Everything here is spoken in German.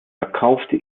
verkaufte